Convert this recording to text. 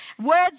Words